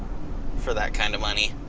for that kind of money.